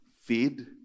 feed